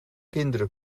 kinderen